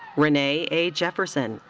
renee a. jefferson,